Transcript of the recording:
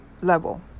level